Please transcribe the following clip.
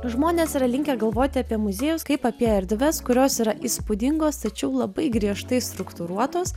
žmonės yra linkę galvoti apie muziejus kaip apie erdves kurios yra įspūdingos tačiau labai griežtai struktūruotos